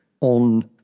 on